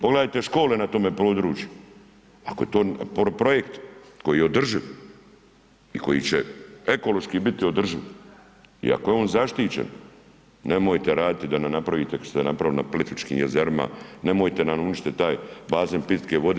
Pogledajte škole na tome području, ako je to projekt koji je održiv i koji će ekološki biti održiv i ako je on zaštićen nemojte radi da ne napravite kao što ste napravili na Plitvičkim jezerima, nemojte nam uništit taj bazen pitke vode.